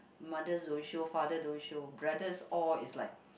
mothers don't show father don't show brothers all is like